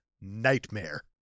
nightmare